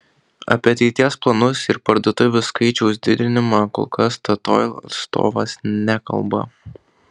apie ateities planus ir parduotuvių skaičiaus didinimą kol kas statoil atstovas nekalba